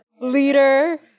leader